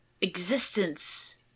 existence